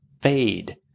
fade